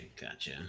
gotcha